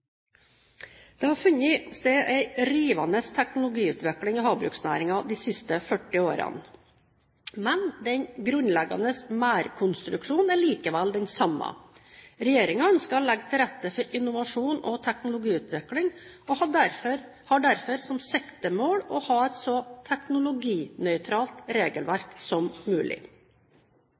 Det har funnet sted en rivende teknologiutvikling i havbruksnæringen de siste 40 årene. Den grunnleggende merdkonstruksjonen er likevel den samme. Regjeringen ønsker å legge til rette for innovasjon og teknologiutvikling og har derfor som siktemål å ha et så teknologinøytralt regelverk som mulig.